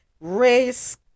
race